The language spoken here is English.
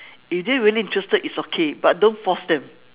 you didn't really interested it's okay but don't force them